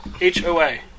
H-O-A